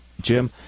Jim